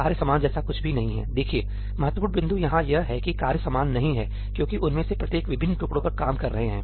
कार्य समान जैसा कुछ भी नहीं है देखिए महत्वपूर्ण बिंदु यहां यह है कि कार्य समान नहीं है क्योंकि उनमें से प्रत्येक विभिन्न टुकड़ों पर काम कर रहे हैं